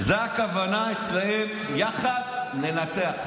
זה הכוונה אצלם של ביחד ננצח.